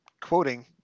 quoting